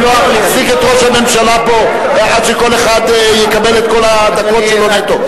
לא אחזיק את ראש הממשלה פה עד שכל אחד יקבל את כל הדקות שלו נטו.